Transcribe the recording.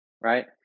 right